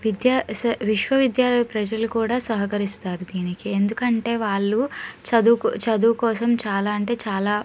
విద్య స విశ్వవిద్యాలయ ప్రజలు కూడా సహకరిస్తారు దీనికి ఎందుకంటే వాళ్లు చదువుకొ చదువు కోసం చాలా అంటే చాలా